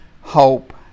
hope